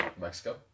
Mexico